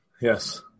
Yes